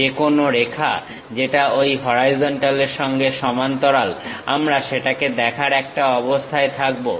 যেকোনো রেখা যেটা ঐ হরাইজন্টালের সঙ্গে সমান্তরাল আমরা সেটাকে দেখার একটা অবস্থায় থাকবো